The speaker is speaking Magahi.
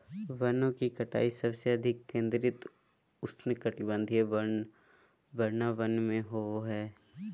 वनों की कटाई सबसे अधिक केंद्रित उष्णकटिबंधीय वर्षावन में होबो हइ